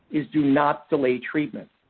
is do not delay treatment.